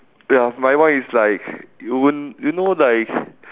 ya my one is like you won't you know like